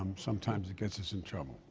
um sometimes it gets us in trouble.